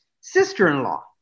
sister-in-law